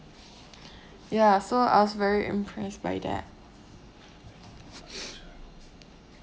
ya so I was very impressed by that